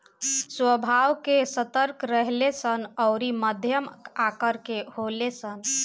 स्वभाव से सतर्क रहेले सन अउरी मध्यम आकर के होले सन